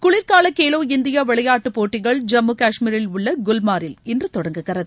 குளிர் கால கேலோ இந்தியா விளையாட்டுப் போட்டிகள் ஜம்மு காஷ்மீரில் உள்ள குவ்மாரில் இன்று தொடங்குகிறது